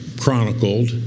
chronicled